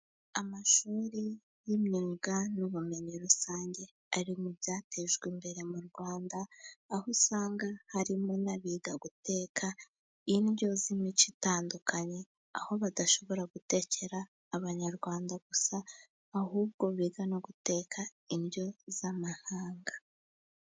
Amashuri y'imyuga n'ubumenyi rusange ari mu byatejwe imbere mu Rwanda, aho usanga harimo n'abiga guteka indyo z'imico itandukanye. Aho badashobora gutekera abanyarwanda gusa, ahubwo biga no guteka indyo z'amahanga.